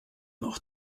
noch